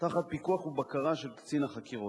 תחת פיקוח ובקרה של קצין החקירות.